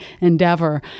endeavor